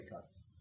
cuts